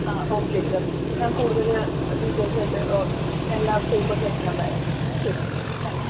ആ okay sir ഞാൻ കൂടുതൽ ഡീറ്റെയിൽസ് ആയിട്ട് എല്ലാ പേപ്പർസുമായിട്ട് ഞാൻ വരാം ശരി സാർ താങ്ക് യു